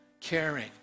Caring